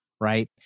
right